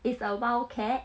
it's a wildcat